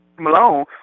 Malone